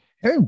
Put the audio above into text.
Hey